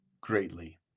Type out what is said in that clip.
greatly